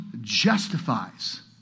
justifies